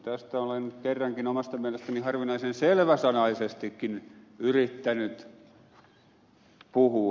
tästä olen kerrankin omasta mielestäni harvinaisen selväsanaisestikin yrittänyt puhua